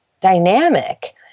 dynamic